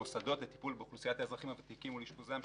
המוסדות לטיפול באוכלוסיית האזרחים הוותיקים ולאשפוזם,